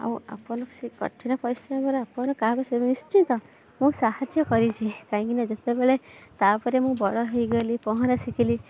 ଆଉ ଆପଣ ସେ କଠିନ ପରିଶ୍ରମର ନିଶ୍ଚିତ ମୁଁ ସାହାଯ୍ୟ କରିଛି କାହିଁକିନା ଯେତେବେଳେ ତା ଉପରେ ମୁଁ ବଡ଼ ହେଇଗଲି ପହଁରା ଶିଖିଲି